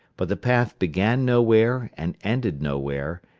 but the path began nowhere and ended nowhere,